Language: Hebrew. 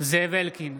זאב אלקין,